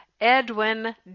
Edwin